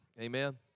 Amen